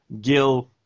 Gil